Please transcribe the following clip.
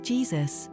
Jesus